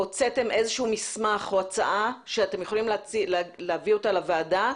הוצאת איזשהו מסמך או הצעה שאתם יכולים להעביר אותה לוועדה,